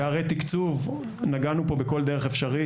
פערי תקצוב נגענו פה בכל דרך אפשרית.